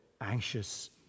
anxious